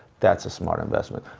that's a smart investment.